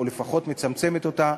או לפחות מצמצמת אותה.